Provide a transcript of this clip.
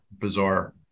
bizarre